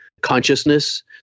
consciousness